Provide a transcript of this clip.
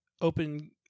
open